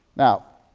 now,